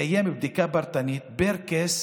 לקיים בדיקה פרטנית, פר קייס,